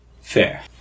Fair